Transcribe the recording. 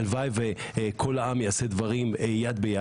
הלוואי שכל העם יעשה דברים יד ביד.